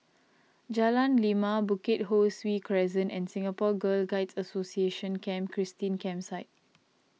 Jalan Lima Bukit Ho Swee Crescent and Singapore Girl Guides Association Camp Christine Campsite